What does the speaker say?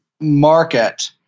market